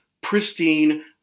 Pristine